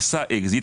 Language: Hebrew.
עשה אקזיט,